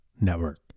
Network